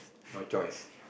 no choice